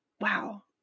wow